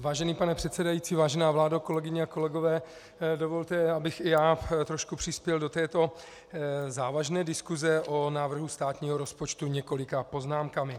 Vážený pane předsedající, vážená vládo, kolegyně a kolegové, dovolte, abych i já trošku přispěl do této závažné diskuse o návrhu státního rozpočtu několika poznámkami.